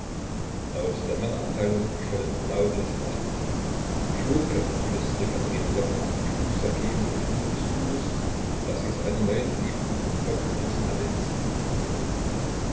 aus der männerabteilung erscholl lautes lachen schurke flüsterte katerina lwowna und schlug ssergej mit den enden des tuches das sie seiner neuen geliebten vom kopfe gerissen hatte ins gesicht